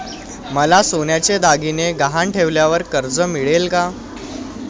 मला सोन्याचे दागिने गहाण ठेवल्यावर कर्ज मिळेल का?